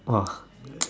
!wah!